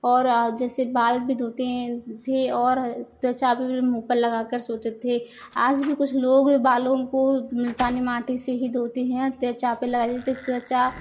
और जैसे बाल भी धोते हैं थे और त्वचा भी मुंह पर लगाकर सोते थे आज भी कुछ लोग बालों को मुल्तानी माटी से ही धोते हैं त्वचा पर लगाते है त्वचा